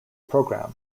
program